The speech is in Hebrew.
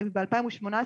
ב-2018,